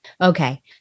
Okay